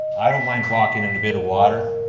i don't mind walking in a bit of water.